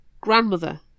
Grandmother